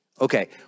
Okay